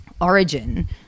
origin